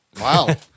Wow